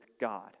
God